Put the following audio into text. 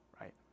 right